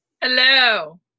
Hello